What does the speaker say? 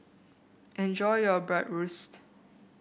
enjoy your Bratwurst